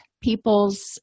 people's